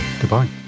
Goodbye